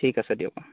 ঠিক আছে দিয়ক